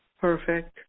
perfect